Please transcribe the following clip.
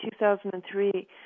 2003